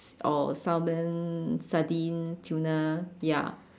or salmon sardine tuna ya